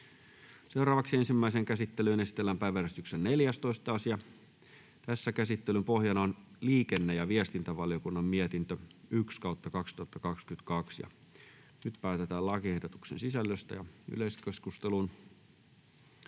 Content: Ensimmäiseen käsittelyyn esitellään päiväjärjestyksen 13. asia. Käsittelyn pohjana on talousvaliokunnan mietintö TaVM 3/2022 vp. Nyt päätetään lakiehdotuksen sisällöstä. — Yleiskeskustelu,